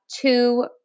two